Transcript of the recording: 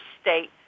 state